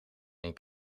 een